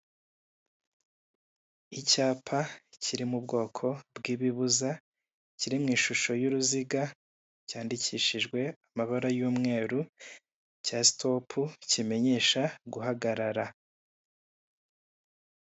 Icyapa kiri mu bwoko bw'ibibuza, kiri mu ishusho y'uruziga, cyandikishije amabara y'umweru, cya sitopu, kimenyesha guhagarara.